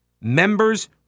members